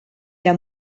era